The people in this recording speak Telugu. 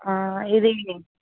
ఇది